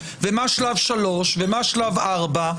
מה השלב השלישי ומה השלב הרביעי.